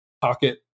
pocket